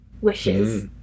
wishes